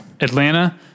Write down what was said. Atlanta